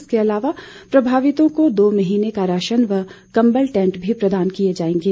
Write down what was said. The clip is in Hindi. इसके अलावा प्रभावितों को दो महीने का राशन व कबल टैंट भी प्रदान किए जाएंगे